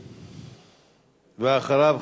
ואחריו,